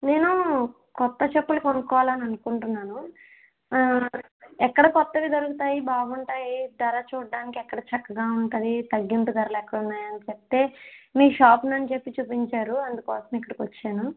నేనూ కొత్త చెప్పులు కొనుక్కోవాలి అని అనుకుంటున్నాను ఎక్కడ కొత్తవి దొరుకుతాయి బాగుంటాయి ధర చూడడానికి ఎక్కడ చక్కగా ఉంటుంది తగ్గింపు ధరలు ఎక్కడ ఉన్నాయని చెప్తే మీ షాప్ అని చెప్పి చూపించారు అందుకోసం ఇక్కడికి వచ్చాను